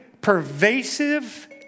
pervasive